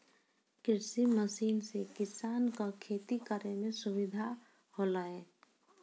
कृषि मसीन सें किसान क खेती करै में सुविधा होलय